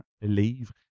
livre